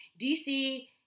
DC